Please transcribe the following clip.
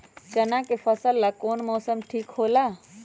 चाना के फसल ला कौन मौसम ठीक होला?